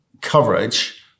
coverage